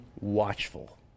watchful